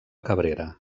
cabrera